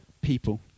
people